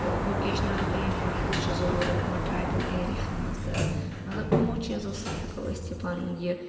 vocational training ہٕنٛز چھِ ضروٗرَت یِمَن ٹرایبَل ایریا ہَن مَنٛز تہٕ مَطلَب یِمو چیٖزو سۭتۍ ہیٚکو أسۍ یہِ پَنُن یہِ